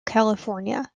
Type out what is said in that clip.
california